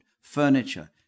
furniture